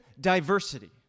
diversity